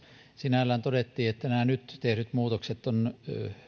sinällään todettiin että nämä nyt tehdyt muutokset ovat